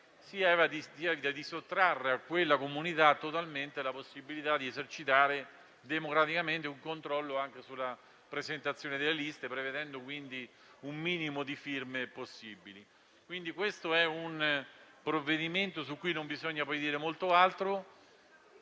si evita di sottrarre totalmente a quella comunità la possibilità di esercitare democraticamente un controllo anche sulla presentazione delle liste, prevedendo quindi un minimo di firme possibili. È un provvedimento su cui non bisogna dire molto altro.